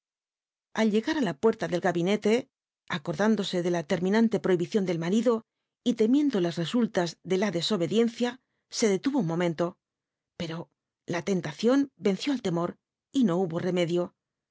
al llegar il la jlllt'rla del gabinete ac'onlúndo e de la terminante provisión del marido y lemicjhio las re mlla de la tle ollt'dicnl'ia h tklu ro un monwnlo pero la lcnlacion cnl'ííi al le mur no hubo rcnwdio